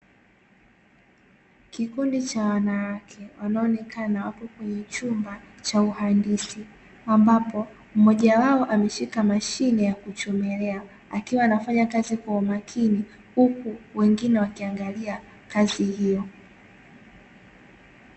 Kikundi Cha wanawake wanaonekana wapo kwenye chumba cha uhandisi, ambapo mmoja wao ameshika mashine ya kuchomelea akiwa anafanya kazi kwa umakini, huku wengine wakiangalia kazi hiyo.